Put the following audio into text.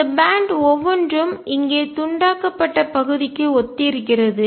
இந்த பேன்ட்பட்டை ஒவ்வொன்றும் இங்கே துண்டாக்கப்பட்ட பகுதிக்கு ஒத்திருக்கிறது